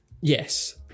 Yes